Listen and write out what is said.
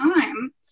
time